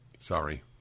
sorry